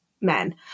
men